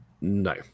No